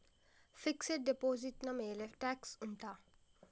fixed deposit ನ ಮೇಲೆ tax ಉಂಟಾ